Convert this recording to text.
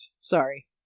Sorry